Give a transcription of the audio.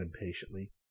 impatiently